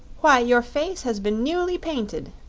why, your face has been newly painted!